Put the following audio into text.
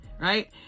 right